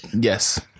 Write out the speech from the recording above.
Yes